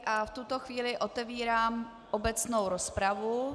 V tuto chvíli otevírám obecnou rozpravu.